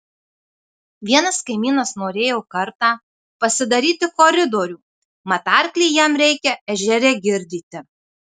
vienas kaimynas norėjo kartą pasidaryti koridorių mat arklį jam reikia ežere girdyti